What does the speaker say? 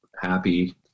happy